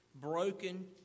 broken